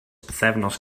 bythefnos